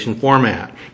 format